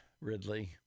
Ridley